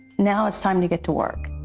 now it is time to get to work.